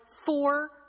four